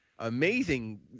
amazing